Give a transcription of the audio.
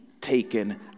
taken